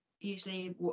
usually